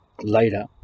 later